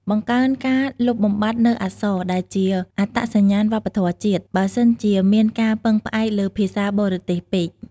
បង្កើនការលុបបំបាត់នូវអក្សរដែលជាអត្តសញ្ញាណវប្បធម៌ជាតិ បើសិនជាមានការពឹងផ្អែកលើភាសាបរទេសពេក។